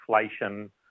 inflation